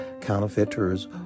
counterfeiters